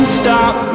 stop